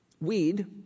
Weed